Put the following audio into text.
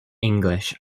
english